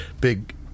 big